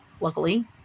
luckily